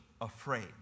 afraid